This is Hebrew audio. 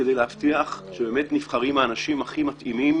כדי להבטיח שנבחרים האנשים הכי מתאימים